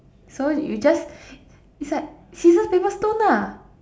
so you just it's like scissors paper stone lah